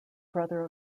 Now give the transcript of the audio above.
brother